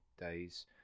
days